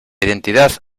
identidad